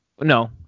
No